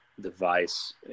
device